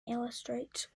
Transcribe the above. illustrates